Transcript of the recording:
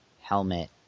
helmet